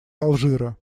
алжира